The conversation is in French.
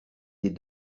des